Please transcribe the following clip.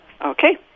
Okay